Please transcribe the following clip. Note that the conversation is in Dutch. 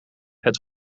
het